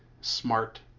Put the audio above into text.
smart